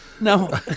No